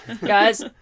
Guys